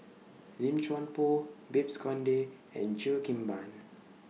Lim Chuan Poh Babes Conde and Cheo Kim Ban